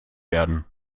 werden